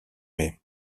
mai